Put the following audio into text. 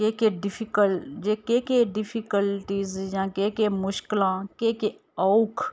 केह् केह् डिफिकल्ट जां केह् केह् डिफिकल्टिस जां केह् केह् मुश्कलां केह् केह् औक्ख